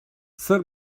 zer